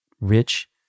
rich